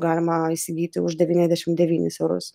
galima įsigyti už devyniasdešim devynis eurus